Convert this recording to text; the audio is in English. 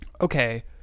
Okay